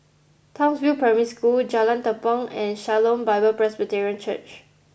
Townsville Primary School Jalan Tepong and Shalom Bible Presbyterian Church